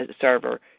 server